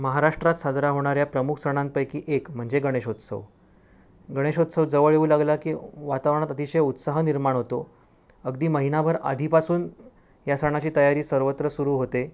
महाराष्ट्रात साजरा होणाऱ्या प्रमुख सणांपैकी एक म्हणजे गणेशोत्सव गणेशोत्सव जवळ येऊ लागला की वातावरणात अतिशय उत्साह निर्माण होतो अगदी महिनाभर आधीपासून या सणाची तयारी सर्वत्र सुरु होते